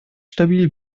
stabil